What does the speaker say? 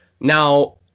Now